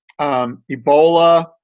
Ebola